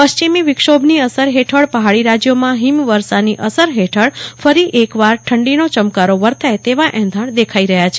પશ્ચિમી વિક્ષોભની અસર ફેઠળ પહાડી રાજ્યોમાં હિમ વર્ષની અસર હેઠળ ફરી એકવાર ઠંડીનો ચમકારો વર્તાય તેવા ઇંધણ દેખાઈ રહ્યા છે